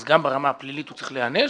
אז גם ברמה הפלילית הוא צריך להיענש,